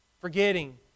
Forgetting